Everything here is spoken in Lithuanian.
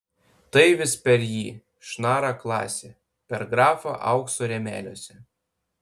tai vis per jį šnara klasė per grafą aukso rėmeliuose